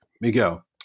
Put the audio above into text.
Miguel